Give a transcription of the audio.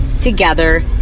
together